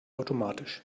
automatisch